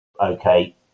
okay